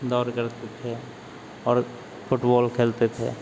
दौड़ करते थे और फुटबोल खेलते थे